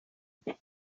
been